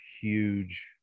huge